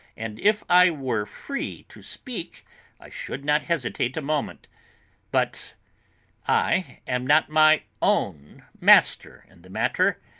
and if i were free to speak i should not hesitate a moment but i am not my own master in the matter.